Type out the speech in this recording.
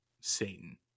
Satan